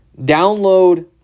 download